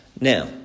Now